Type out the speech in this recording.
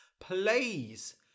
Please